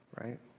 right